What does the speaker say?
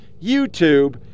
YouTube